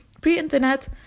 pre-internet